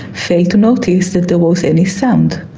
failed to notice that there was any sound,